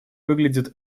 выглядит